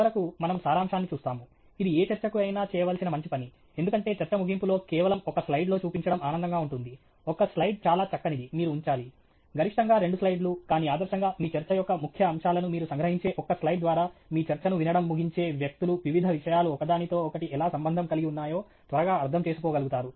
చివరకు మనము సారాంశాన్ని చూస్తాము ఇది ఏ చర్చకు అయినా చేయవలసిన మంచి పని ఎందుకంటే చర్చ ముగింపులో కేవలం ఒక స్లైడ్లో చూపించడం ఆనందంగా ఉంటుంది ఒక స్లైడ్ చాలా చక్కనిది మీరు ఉంచాలి గరిష్టంగా రెండు స్లైడ్లు కానీ ఆదర్శంగా మీ చర్చ యొక్క ముఖ్య అంశాలను మీరు సంగ్రహించే ఒక స్లైడ్ ద్వారా మీ చర్చను వినడం ముగించే వ్యక్తులు వివిధ విషయాలు ఒకదానితో ఒకటి ఎలా సంబంధం కలిగి ఉన్నాయో త్వరగా అర్థం చేసుకోగలుగుతారు